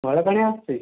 ମଇଳା ପାଣି ଆସୁଛି